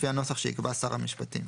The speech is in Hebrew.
לפי הנוסח שיקבע שר המשפטים,